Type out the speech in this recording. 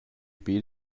beat